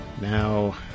now